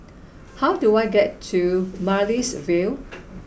how do I get to Amaryllis Ville